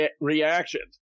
reactions